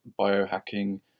biohacking